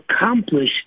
accomplish